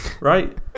Right